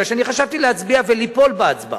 מפני שחשבתי להצביע וליפול בהצבעה.